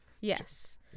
Yes